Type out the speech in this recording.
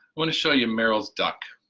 want to show you meryl's duck.